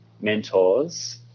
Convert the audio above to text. mentors